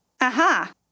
Aha